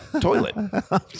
toilet